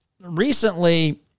recently